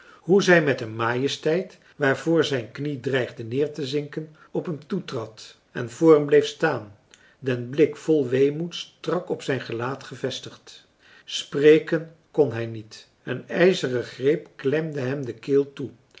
hoe zij met een majesteit waarvoor zijn knie dreigde neertezinken op hem toetrad en voor hem bleef staan den blik vol weemoed strak op zijn gelaat gevestigd marcellus emants een drietal novellen spreken kon hij niet een ijzeren greep klemde hem de keel toe